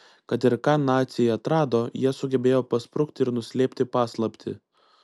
kad ir ką naciai atrado jie sugebėjo pasprukti ir nuslėpti paslaptį